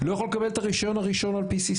לא יכול לקבל את הרישיון על ה-PCC?